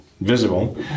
visible